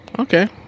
Okay